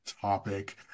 topic